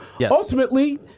Ultimately